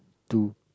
two